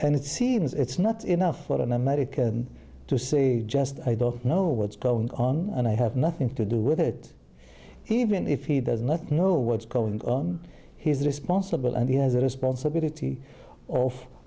and it seems it's not enough for an american to say just i don't know what's going on and i have nothing to do with it even if he does not know what's called on he's responsible and he has a responsibility of